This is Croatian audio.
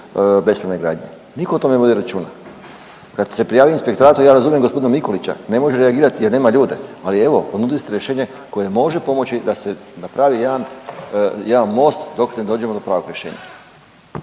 bespravne gradnje, nitko o tome ne vodi računa. Kad se prijavi Inspektoratu, ja razumijem g. Mikulića, ne može reagirati jer nema ljude, ali evo, ponudili ste rješenje koje može pomoći da se napravi jedan, jedan most dok ne dođemo do pravog rješenja.